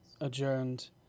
adjourned